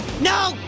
No